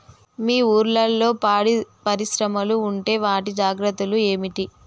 మీ ఊర్లలో పాడి పరిశ్రమలు ఉంటే వాటి జాగ్రత్తలు ఏమిటి